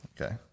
Okay